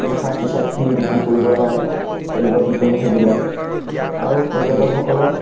সাজ পোছাকখিনি বিক্ৰী কৰিব পাৰে তেনেকুৱা বিপণি থাকিলে আৰু পৰ্যটকসকলৰ